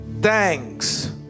Thanks